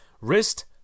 wrist